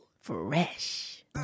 Fresh